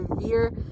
severe